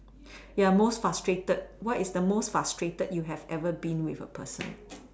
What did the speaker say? ya most frustrated what is the most frustrated you have ever been with a person